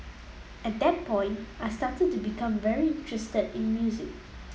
at that point I started to become very interested in music